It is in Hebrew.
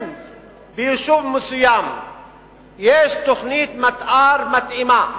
אם ביישוב מסוים יש תוכנית מיתאר מתאימה,